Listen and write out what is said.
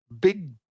big